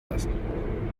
lassen